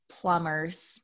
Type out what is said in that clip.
plumbers